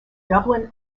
dublin